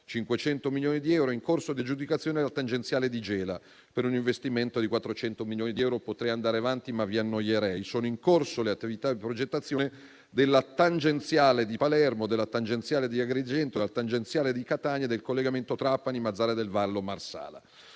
500 milioni di euro. È in corso di aggiudicazione la tangenziale di Gela, per un investimento di 400 milioni di euro. Potrei andare avanti, ma vi annoierei. Sono in corso le attività di progettazione della tangenziale di Palermo, della tangenziale di Agrigento, della tangenziale di Catania e del collegamento Trapani-Mazara del Vallo-Marsala.